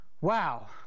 Wow